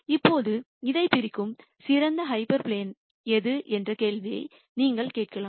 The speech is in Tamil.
இப்போது இதைப் பிரிக்கும் சிறந்த ஹைப்பர் பிளேன் எது என்ற கேள்வியை நீங்கள் கேட்கலாம்